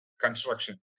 construction